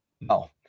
No